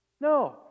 No